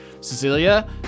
Cecilia